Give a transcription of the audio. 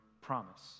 promise